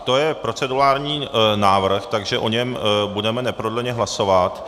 To je procedurální návrh, takže o něm budeme neprodleně hlasovat.